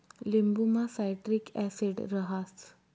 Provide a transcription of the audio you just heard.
लिंबुमा citric acid रहास